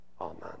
Amen